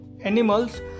animals